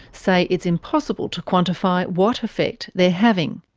say it's impossible to quantify what effect they're having,